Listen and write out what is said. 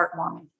heartwarming